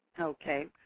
Okay